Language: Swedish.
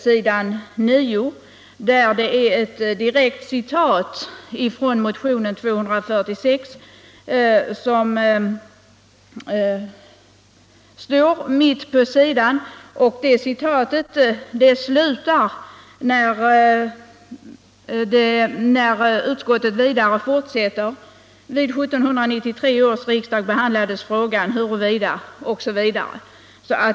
Mitt på s. 9 står ett direkt citat från motionen 246. Det citatet slutar där utskottet fortsätter med stycket: ”Vid 1973 års riksdag —-- behandlades frågan huruvida” osv.